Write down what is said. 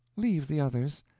leave the others.